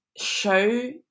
show